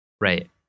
Right